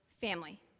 family